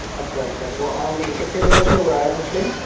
अच्छा अच्छा तो आप ये कितने दिनों से हो रहा है पिछले